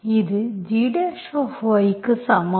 இது gy க்கு சமம்